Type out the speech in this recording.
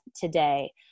today